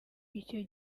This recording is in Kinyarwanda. icyo